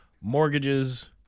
mortgages